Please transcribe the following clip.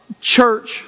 church